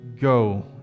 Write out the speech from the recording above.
go